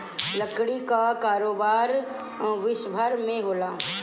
लकड़ी कअ कारोबार विश्वभर में होला